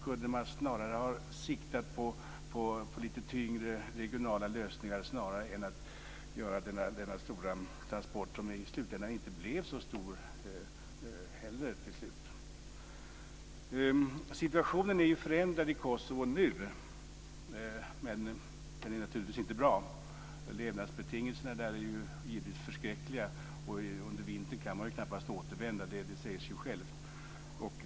Kunde man snarare ha siktat på lite tyngre regionala lösningar än att göra denna stora transport som ju i slutändan inte heller blev så stor? Situationen är förändrad i Kosovo nu, men den är naturligtvis inte bra. Levnadsbetingelserna där är givetvis förskräckliga. Under vintern kan man knappast återvända - det säger sig självt.